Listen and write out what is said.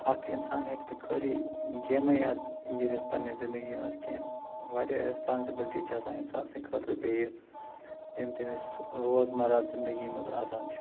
اکھ انسان ہٮ۪کہِ نہٕ خٲلی گیمَے یاژٕ گِندِتھ پنٛنہِ زندگی منٛز کینٛہہ واریاہ ریسپانسِبٕلِٹی چھِ آسان انسان سٕنٛدۍ خٲطرٕ بییٚہِ یِم تٔمِس روزمرہ زندگی منٛز آسان چھِ